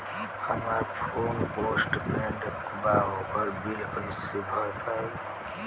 हमार phone postpaid बा ओकर बिल कईसे भर पाएम?